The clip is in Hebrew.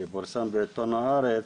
שפורסם בעיתון הארץ,